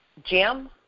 Jim